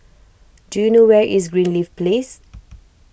do you know where is Greenleaf Place